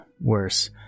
worse